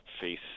face –